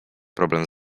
problem